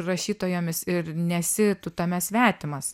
rašytojomis ir nesi tu tame svetimas